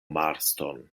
marston